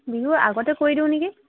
বিহুৰ আগতে কৰি দিওঁ নেকি